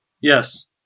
Yes